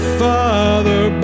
father